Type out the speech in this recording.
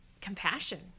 compassion